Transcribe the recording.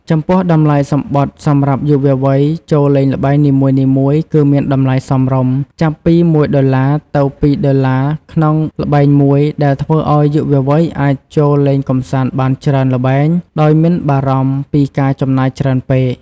ចំពោះ តម្លៃសំបុត្រសម្រាប់យុវវ័យចូលលេងល្បែងនីមួយៗគឺមានតម្លៃសមរម្យ ចាប់ពី ១ ដុល្លារ ទៅ ២ ដុល្លារក្នុងល្បែងមួយ ដែលធ្វើឱ្យយុវវ័យអាចចូលលេងកម្សាន្តបានច្រើនល្បែងដោយមិនបារម្ភពីការចំណាយច្រើនពេក។